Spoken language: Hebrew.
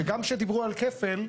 שגם שדיברו על כפל,